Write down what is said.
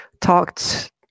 talked